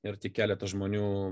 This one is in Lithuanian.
ir tik keletas žmonių